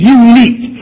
unique